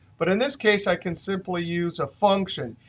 but in this case, i can simply use a function.